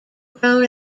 grown